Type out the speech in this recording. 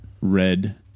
red